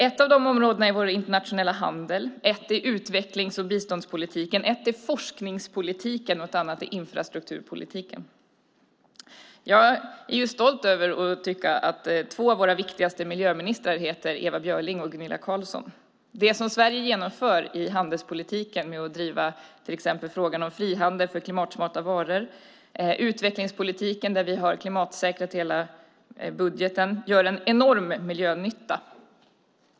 Ett av områdena är vår internationella handel, ett är utvecklings och biståndspolitiken, ett är forskningspolitiken och ett annat är infrastrukturpolitiken. Jag är stolt över att tycka att två av våra viktigaste miljöministrar heter Ewa Björling och Gunilla Carlsson. Det som Sverige genomför i handelspolitiken med att driva till exempel frågan om frihandel för klimatsmarta varor och i utvecklingspolitiken där vi har klimatsäkrat hela budgeten gör en enorm miljönytta.